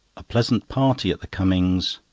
a pleasant party at the cummings'.